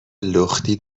لختی